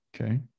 Okay